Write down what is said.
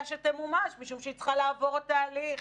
שתמומש משום שהיא צריכה לעבור עוד תהליך.